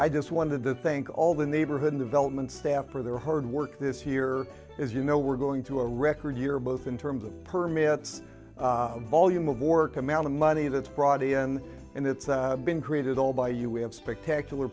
i just want to thank all the neighborhood in development staff for their hard work this year as you know we're going to a record year both in terms of permits volume of work amount of money that's brought in and it's been created all by you we have spectacular